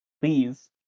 Please